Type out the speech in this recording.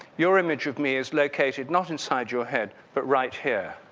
your image of me is located not inside your head but right here.